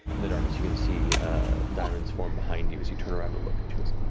in the darkness you can see dairon's form behind you as you turn around to look and she goes,